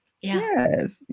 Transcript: yes